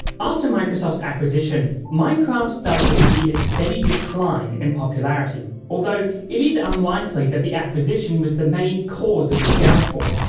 after microsoft's acquisition, minecraft started to see a steady decline in popularity, although it is unlikely that the acquisition was the main cause of this downfall.